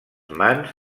mans